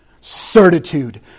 Certitude